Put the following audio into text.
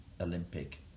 Olympic